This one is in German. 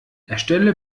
erstelle